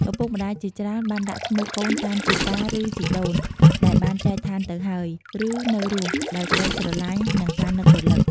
ឪពុកម្ដាយជាច្រើនបានដាក់ឈ្មោះកូនតាមជីតា ឬជីដូនដែលបានចែកឋានទៅហើយ ឬនៅរស់ ដោយក្ដីស្រឡាញ់ និងការនឹករលឹក។